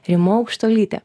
rima aukštuolytė